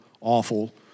awful